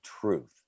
truth